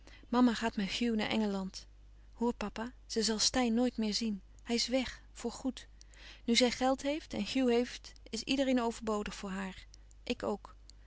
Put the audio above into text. mama gaat met hugh naar engeland hoor papa ze zal steyn nooit meer zien hij is weg voor goed nu zij geld heeft en hugh heeft is iedereen overbodig voor haar ik ook